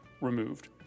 removed